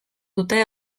dute